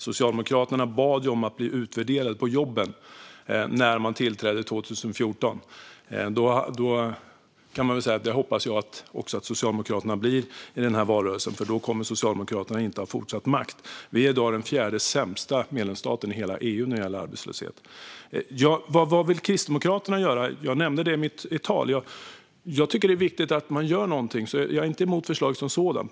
Socialdemokraterna bad om att bli utvärderade på jobbet när de tillträdde 2014. Det hoppas jag att Socialdemokraterna blir i valrörelsen, för då kommer de inte att få fortsätta att ha makten. Vi är i dag den fjärde sämsta medlemsstaten i hela EU när det gäller arbetslöshet. Vad vill Kristdemokraterna göra? Jag nämnde det i mitt tal. Jag tycker att det är viktigt att man gör något, så jag är inte emot förslaget som sådant.